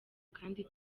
kandi